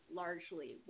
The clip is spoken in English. largely